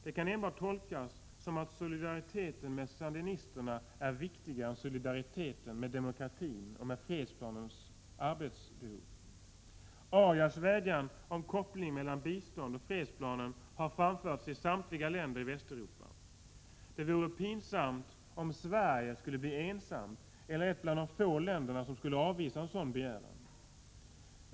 Det kan enbart tolkas som om solidariteten med sandinisterna är viktigare än solidariteten med demokratin och med Arias fredsplaner. Arias vädjan om en koppling mellan bistånd och fredsplanen har framförts till samtliga länder i Västeuropa. Det vore pinsamt om Sverige skulle bli ensamt eller ett bland de få länder som skulle avvisa en sådan begäran.